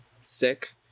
Sick